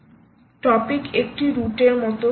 topic একটি রুটের মতো